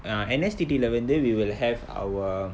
ah N_S_T_T lah வந்து:vanthu we will have our